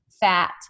fat